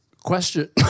question